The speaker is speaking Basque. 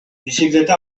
bizikleta